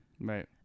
Right